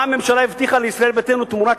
מה הבטיחה הממשלה לישראל ביתנו תמורת